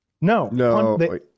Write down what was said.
No